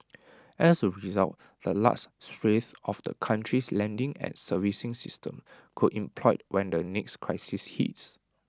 as A result the last swathe of the country's lending and servicing system could implode when the next crisis hits